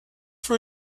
for